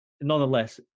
nonetheless